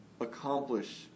accomplish